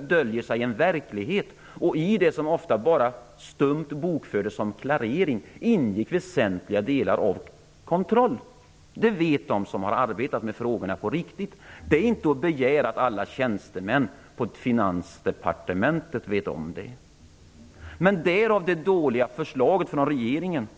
döljer sig en verklighet, och i det som ofta bara stumt bokfördes som klarering ingick väsentliga delar av kontroll. Det vet de som har arbetat med frågorna på riktigt. Man kan inte begära att alla tjänstemän på Finansdepartementet skall veta om detta, men därav fick vi det dåliga förslaget från regeringen.